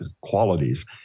qualities